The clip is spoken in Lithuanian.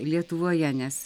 lietuvoje nes